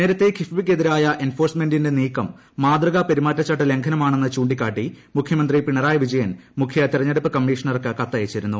നേരത്തെ കിഫ്ബിക്കെതിരായ എൻഫോഴ്സ്മെന്റിന്റെ നീക്കം മാതൃകാ പെരുമാറ്റച്ചട്ട ലംഘനമാണെന്ന് ചൂണ്ടിക്കാട്ടി മുഖ്യമന്ത്രി പിണറായി വിജയൻ മുഖ്യ തെരഞ്ഞെടുപ്പ് കമ്മിഷണർക്ക് കത്തയച്ചിരുന്നു